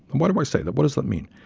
and why do i say that? what does that mean?